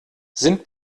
sind